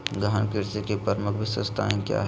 गहन कृषि की प्रमुख विशेषताएं क्या है?